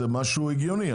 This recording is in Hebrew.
זה משהו הגיוני.